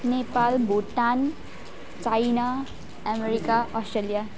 Nepal Bhutan China America Australia